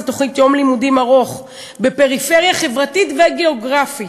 זו תוכנית יום לימודים ארוך בפריפריה חברתית וגיאוגרפית,